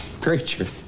creature